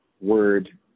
word